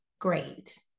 great